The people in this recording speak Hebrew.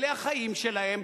אלה החיים שלהם.